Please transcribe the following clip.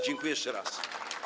Dziękuję jeszcze raz.